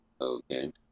Okay